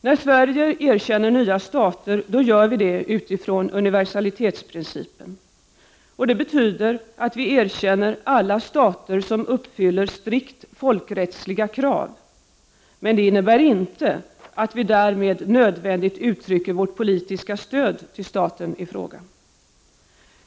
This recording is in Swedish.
När Sverige erkänner nya stater, gör vi det utifrån universalitetsprincipen. Det betyder att vi erkänner alla stater som uppfyller strikt folkrättsliga krav. Men det innebär inte att vi därmed nödvändigt uttrycker vårt politiska stöd till staten i fråga.